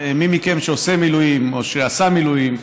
מי מכם שעושה מילואים או שעשה מילואים,